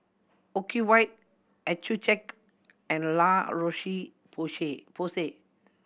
Ocuvite Accucheck and La Roche Porsay